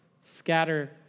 Scatter